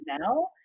now